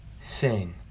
sing